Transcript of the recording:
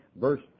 verse